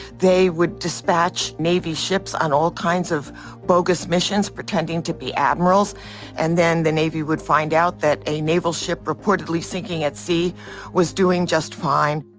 they would dispatch navy ships on all kinds of bogus missions pretending to be admirals and then the navy would find out that a naval ship reportedly sinking at sea was doing just fine